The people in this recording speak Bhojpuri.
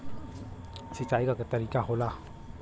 सिंचाई क तरीका होला